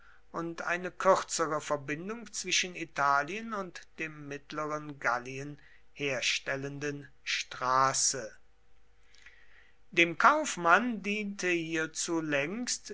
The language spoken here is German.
und eine kürzere verbindung zwischen italien und dem mittleren gallien herstellenden straße dem kaufmann diente hierzu längst